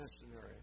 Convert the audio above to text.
missionary